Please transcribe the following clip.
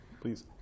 Please